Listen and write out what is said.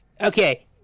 Okay